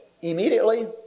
immediately